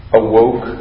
awoke